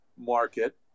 market